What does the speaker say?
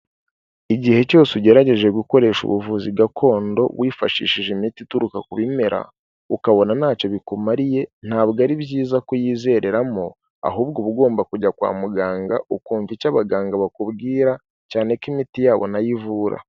Igihe cyose ugerageje gukoresha ubuvuzi gakondo wifashishije imiti ituruka ku bimera ukabona ntacyo bikumariye, ntabwo ari byiza kuyizereramo ahubwo uba ugomba kujya kwa muganga ukumva icyo abaganga bakubwira cyane ko imiti yabo nayo ivura.